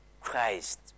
Christ